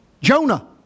Jonah